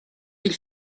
ils